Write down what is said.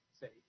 Say